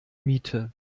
miete